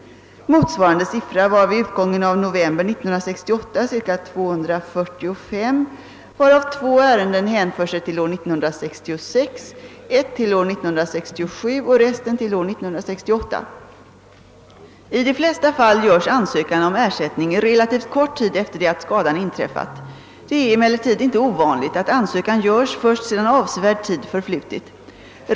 Motsvarande siffra var vid utgången av november 1968 ca 245, varav två ärenden hänför sig till år 1966, ett till år 1967 och resten till år 1968. I de flesta fall görs ansökan om ersättning relativt kort tid efter det att skadan inträffat. Det är emellertid inte ovanligt att ansökan görs först sedan avsevärd tid förflutit.